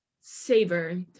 savor